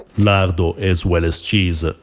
lardo, as well as cheese,